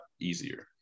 easier